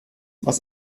was